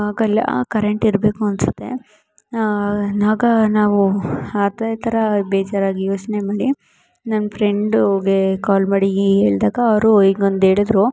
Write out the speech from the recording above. ಆಗ ಅಲ್ಲಿ ಕರೆಂಟ್ ಇರಬೇಕು ಅನ್ನಿಸುತ್ತೆ ಆಗ ನಾವು ಅದೇ ಥರ ಬೇಜಾರಾಗಿ ಯೋಚನೆ ಮಾಡಿ ನನ್ನ ಫ್ರೆಂಡುಗೆ ಕಾಲ್ ಮಾಡಿ ಈ ಹೇಳ್ದಾಗ ಅವರು ಹೀಗೊಂದ್ ಹೇಳುದ್ರು